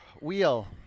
Wheel